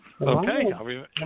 Okay